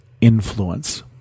influence